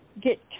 get